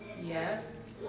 Yes